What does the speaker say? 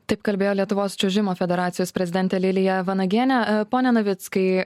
taip kalbėjo lietuvos čiuožimo federacijos prezidentė lilija vanagienė pone navickai